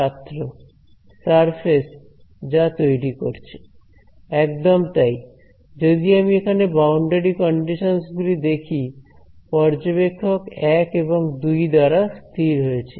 ছাত্র সারফেস যা তৈরি করছে একদম তাই যদি আমি এখানে বাউন্ডারি কন্ডিশনস গুলি দেখি পর্যবেক্ষক 1 এবং 2 দ্বারা স্থির হয়েছে